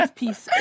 peace